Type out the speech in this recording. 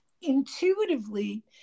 intuitively